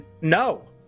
No